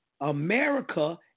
America